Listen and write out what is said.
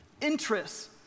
interests